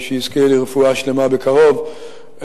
שיזכה לרפואה שלמה בקרוב,